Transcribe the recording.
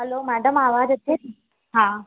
हलो madam आवाज़ु अचे थी हा